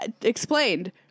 explained